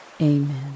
amen